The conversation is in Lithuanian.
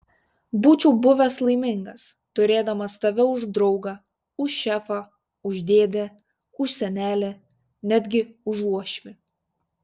būčiau buvęs laimingas turėdamas tave už draugą už šefą už dėdę už senelį netgi už uošvį